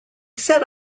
set